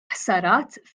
ħsarat